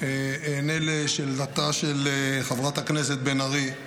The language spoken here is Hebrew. אענה על שאלתה של חברת הכנסת בן ארי.